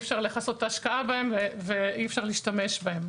אי-אפשר לכסות את ההשקעה בהם ואי-אפשר להשתמש בהם.